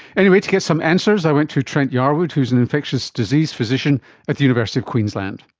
anyway, to get some answers i went to trent yarwood who is an infectious disease physician at the university of queensland.